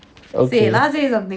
okay